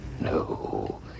No